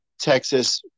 Texas